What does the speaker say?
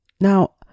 Now